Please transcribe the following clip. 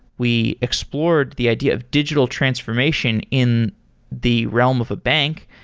we explored the idea of digital transformation in the realm of a bank.